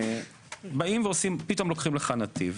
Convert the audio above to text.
באים ועושים, פתאום לוקחים לך נתיב,